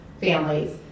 families